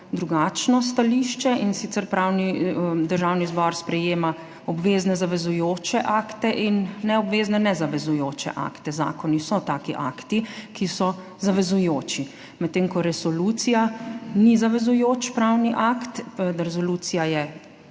drugačno stališče. In sicer Državni zbor sprejema obvezne, zavezujoče akte in neobvezne, nezavezujoče akte. Zakoni so taki akti, ki so zavezujoči, medtem ko resolucija ni zavezujoč pravni akt. Bolj